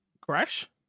Crash